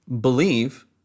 believe